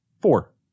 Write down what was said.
Four